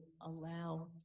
allow